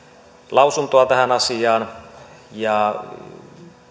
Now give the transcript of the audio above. lausuntoa tähän asiaan ja